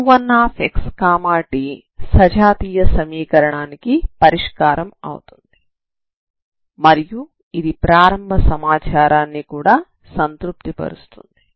u1xt సజాతీయ సమీకరణానికి పరిష్కారం అవుతుంది మరియు ఇది ప్రారంభ సమాచారాన్ని కూడా సంతృప్తి పరుస్తుంది